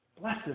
Blessed